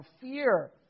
fear